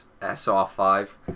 SR5